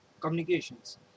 communications